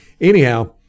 Anyhow